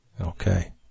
Okay